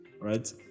Right